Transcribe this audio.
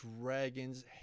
dragons